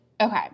Okay